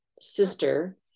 sister